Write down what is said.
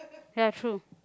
yeah true